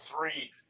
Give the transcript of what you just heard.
three